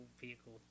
vehicle